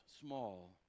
small